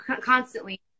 constantly